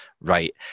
right